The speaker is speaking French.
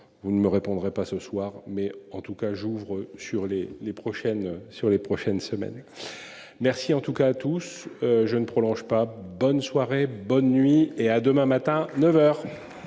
Vous ne me répondrez pas ce soir mais en tout cas j'ouvre sur les les prochaines sur les prochaines semaines. Merci en tout cas à tous je ne prolonge pas bonne soirée bonne nuit et à demain matin 9h.